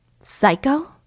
Psycho